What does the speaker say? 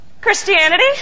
Christianity